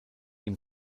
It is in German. ihm